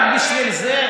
רק בשביל זה,